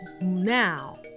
now